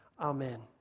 Amen